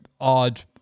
odd